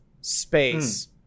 space